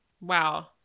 Wow